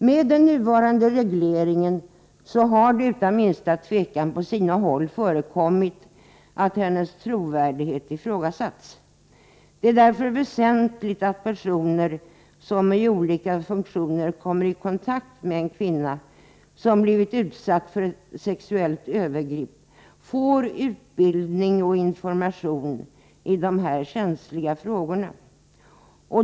Med den nuvarande regleringen har det utan minsta tvekan på sina håll förekommit att hennes trovärdighet ifrågasatts. Det är därför väsentligt att personer, som i olika funktioner kommer i kontakt med en kvinna som har blivit utsatt för ett sexuellt övergrepp, får utbildning och information i dessa känsliga frågor.